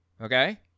Okay